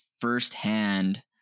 firsthand